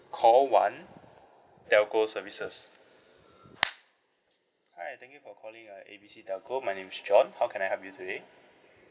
call one telco services hi thank you for calling uh A B C telco my name is john how can I help you today